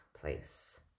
place